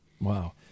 Wow